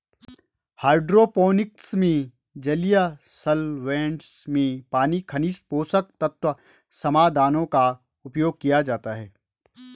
hydroponics में जलीय solvents में पानी खनिज पोषक तत्व समाधानों का उपयोग किया जाता है